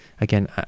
again